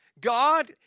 God